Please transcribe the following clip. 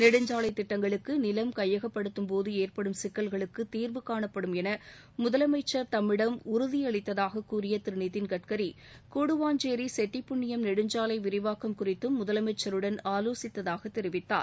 நெடுஞ்சாலைத் திட்டங்களுக்கு நிலம் கையகப்படுத்தும் போது ஏற்படும் சிக்கல்களுக்கு தீர்வுகாணப்படும் என முதலமைச்சர் தம்மிடம் உறுதியளித்துள்ளதாக கூறிய திரு நிதிள் கட்கரி கூடுவாஞ்சேரி செட்டிப்புண்ணியம் நெடுஞ்சாலை விரிவாக்கம் குறித்தும் முதலமைச்சருடன் ஆலோசித்ததாக தெரிவித்தார்